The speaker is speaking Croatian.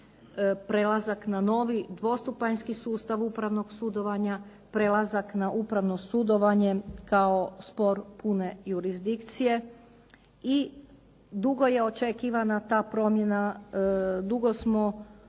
prelazak na novi dvostupanjski sustav upravnog sudovanja, prelazak na upravno sudovanje kao spor pune jurisdikcije. I dugo je očekivana ta promjena, dugo smo